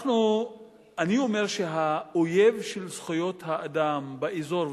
אני אומר שהאויב של זכויות האדם באזור,